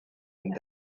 and